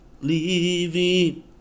Leaving